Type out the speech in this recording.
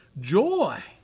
joy